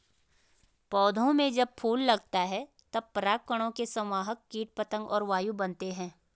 पौधों में जब फूल लगता है तब परागकणों के संवाहक कीट पतंग और वायु बनते हैं